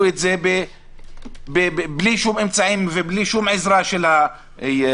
את זה בלי שום אמצעים ובלי שום עזרה של הממשלה,